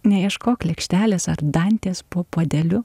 neieškok lėkštelės ar dantės po puodeliu